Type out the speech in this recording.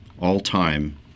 all-time